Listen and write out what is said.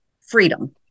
freedom